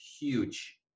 huge